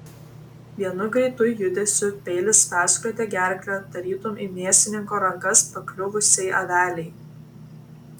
vienu greitu judesiu peilis perskrodė gerklę tarytum į mėsininko rankas pakliuvusiai avelei